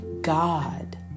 God